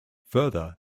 further